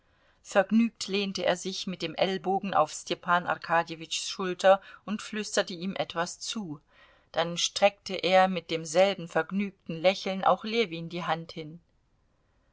vergnügt lehnte er sich mit dem ellbogen auf stepan arkadjewitschs schulter und flüsterte ihm etwas zu dann streckte er mit demselben vergnügten lächeln auch ljewin die hand hin